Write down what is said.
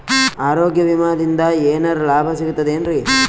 ಆರೋಗ್ಯ ವಿಮಾದಿಂದ ಏನರ್ ಲಾಭ ಸಿಗತದೇನ್ರಿ?